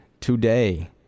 today